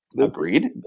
Agreed